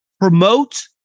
promote